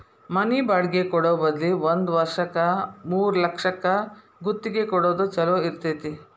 ಮನಿ ಬಾಡ್ಗಿ ಕೊಡೊ ಬದ್ಲಿ ಒಂದ್ ವರ್ಷಕ್ಕ ಮೂರ್ಲಕ್ಷಕ್ಕ ಗುತ್ತಿಗಿ ಕೊಡೊದ್ ಛೊಲೊ ಇರ್ತೆತಿ